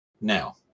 now